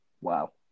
Wow